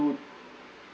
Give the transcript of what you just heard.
two